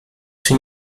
czy